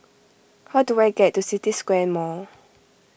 how do I get to City Square Mall